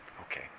Okay